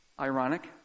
Ironic